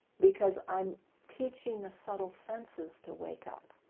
because i'm teaching the subtle senses to wake up.